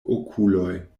okuloj